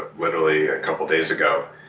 but literally, a couple days ago.